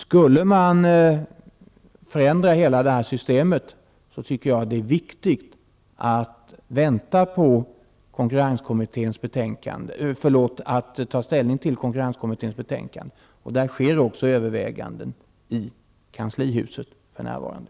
Skulle man förändra hela detta system tycker jag att det är viktigt att ta ställning till konkurrenskommitténs betänkande. Det sker också sådana överväganden i Kanslihuset för närvarande.